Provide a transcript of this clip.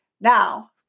Now